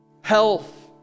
health